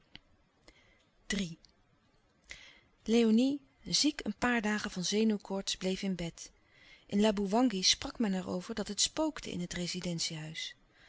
léonie ziek een paar dagen van zenuwkoorts bleef in bed in laboewangi sprak men er over dat het spookte in het rezidentie-huis